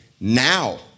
Now